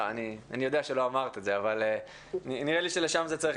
תודה רבה לחברת הכנסת פרומן.